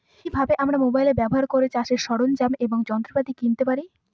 কি ভাবে আমরা মোবাইল ব্যাবহার করে চাষের সরঞ্জাম এবং যন্ত্রপাতি কিনতে পারবো?